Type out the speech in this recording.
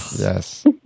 Yes